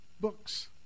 books